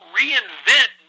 reinvent